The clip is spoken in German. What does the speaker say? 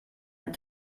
eine